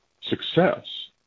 success